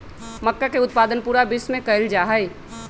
मक्का के उत्पादन पूरा विश्व में कइल जाहई